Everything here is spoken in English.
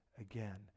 again